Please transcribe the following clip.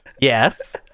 yes